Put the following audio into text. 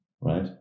right